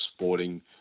sporting